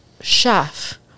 chef